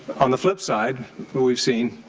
on the flip side we've seen,